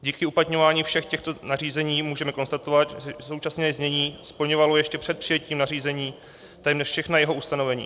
Díky uplatňování všech těchto nařízení můžeme konstatovat, že současné znění splňovalo ještě před přijetím nařízení téměř všechna jeho ustanovení.